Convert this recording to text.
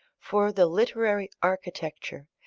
for the literary architecture,